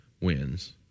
wins